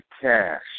cash